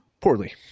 poorly